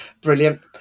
Brilliant